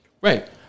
Right